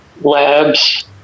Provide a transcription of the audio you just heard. labs